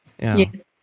Yes